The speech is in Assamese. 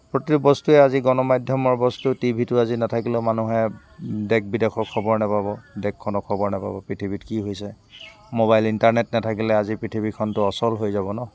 প্ৰতিটো বস্তুৱে আজি গণমাধ্যমৰ বস্তু টি ভিটো আজি নাথাকিলেও মানুহে দেশ বিদেশৰ খবৰ নাপাব দেশখনৰ খবৰ নাপাব পৃথিৱীত কি হৈছে মোবাইল ইণ্টাৰনেট নাথাকিলে আজি পৃথিৱীখনতো অচল হৈ যাব ন